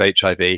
hiv